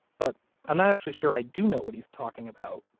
but i'm not actually sure i do know what he's talking about,